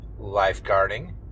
lifeguarding